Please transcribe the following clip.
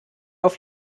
auf